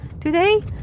today